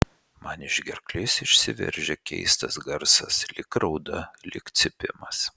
man iš gerklės išsiveržia keistas garsas lyg rauda lyg cypimas